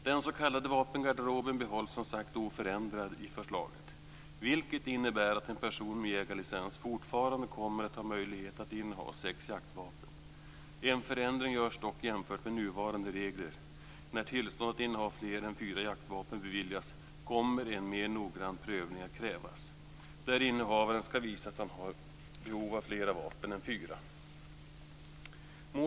Den s.k. vapengarderoben behålls, som sagt, oförändrad i förslaget, vilket innebär att en person med jägarlicens fortfarande har möjlighet att inneha sex jaktvapen. En förändring görs dock jämfört med nuvarande regler. När tillstånd att ha fler än fyra jaktvapen beviljas kommer en mer noggrann prövning att krävas där innehavaren ska visa att han har behov av fler vapen än fyra.